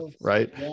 right